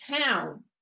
town